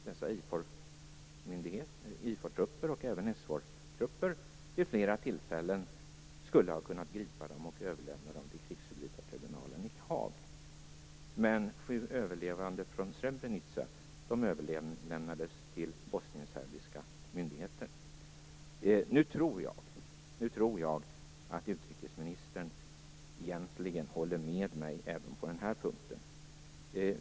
Detta trots att IFOR trupper och även SFOR-trupper vid flera tillfällen skulle ha kunnat gripa dem och överlämnat dem till krigsförbrytartribunalen i Haag. Men sju överlevande från Srebrenica överlämnades till bosnienserbiska myndigheter. Nu tror jag att utrikesministern egentligen håller med mig även på den här punkten.